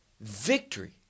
Victory